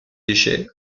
déchets